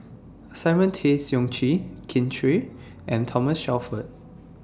Simon Tay Seong Chee Kin Chui and Thomas Shelford